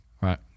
right